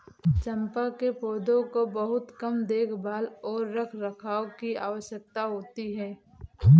चम्पा के पौधों को बहुत कम देखभाल और रखरखाव की आवश्यकता होती है